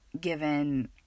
given